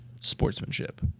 Sportsmanship